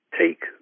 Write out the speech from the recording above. take